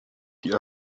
die